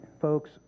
folks